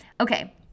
okay